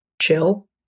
chill